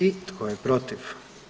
I tko je protiv?